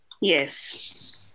Yes